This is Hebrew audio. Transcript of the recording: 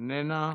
איננה.